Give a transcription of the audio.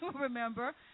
remember